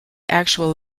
actual